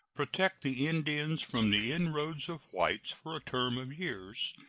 protect the indians from the inroads of whites for a term of years,